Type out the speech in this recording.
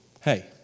Hey